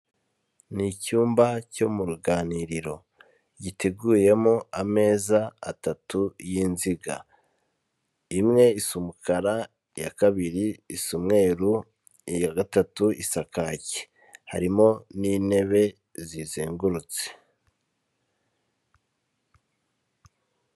Ni icyumba cyo mu ruganiriro. Giteguyemo ameza atatu y'inziga. Imwe isa umukara, iya kabiri isa umweru, iya gatatu isa kake. Harimo n'intebe zizengurutse.